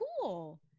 Cool